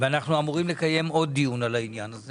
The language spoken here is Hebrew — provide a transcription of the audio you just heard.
ואנחנו אמורים לקיים עוד דיון על העניין הזה